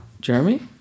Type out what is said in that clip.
Jeremy